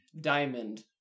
diamond